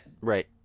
Right